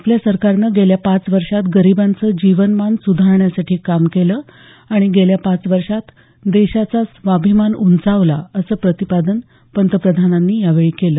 आपल्या सरकारनं गेल्या पाच वर्षांत गरीबांचं जीवनमान सुधारण्यासाठी काम केलं आणि गेल्या पाच वर्षात देशाचा स्वाभिमान उंचावला असं प्रतिपादन पंतप्रधानांनी यावेळी केलं